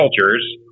cultures